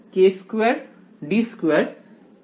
অতএব এটি হলো k2d2Gdx2